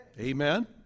Amen